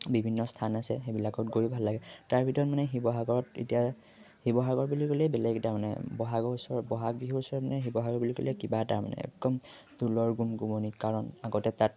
বিভিন্ন স্থান আছে সেইবিলাকত গৈও ভাল লাগে তাৰ ভিতৰত মানে শিৱসাগৰত এতিয়া শিৱসাগৰ বুলি ক'লেই বেলেগ এটা মানে বহাগৰ ওচৰৰ বহাগ বিহুৰ ওচৰত মানে শিৱসাগৰ বুলি ক'লে কিবা এটা মানে একদম ঢোলৰ গুণগুমনি কাৰণ আগতে তাত